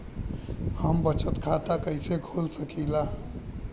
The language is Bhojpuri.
हम बचत खाता कईसे खोल सकिला?